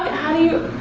how do you?